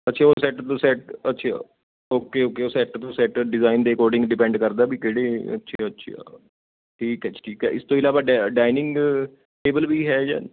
ਅੱਛਾ ਉਹ set to set ਅੱਛਾ ਓਕੇ ਓਕੇ ਉਹ ਸੈੱਟ ਟੂ ਸੈੱਟ ਡਿਜ਼ਾਇਨ ਦੇ ਅਕੋਰਡਿੰਗ ਡਿਪੈਂਡ ਕਰਦਾ ਵੀ ਕਿਹੜੇ ਅੱਛਾ ਅੱਛਾ ਠੀਕ ਹੈ ਜੀ ਠੀਕ ਹੈ ਇਸ ਤੋਂ ਇਲਾਵਾ ਡਾ ਡਾਇਨਿੰਗ ਟੇਬਲ ਵੀ ਹੈ ਜਾ